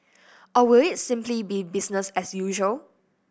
or will it simply be business as usual